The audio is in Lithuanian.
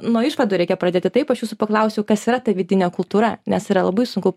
nuo išvadų reikia pradėti taip aš jūsų paklausiau kas yra ta vidinė kultūra nes yra labai sunku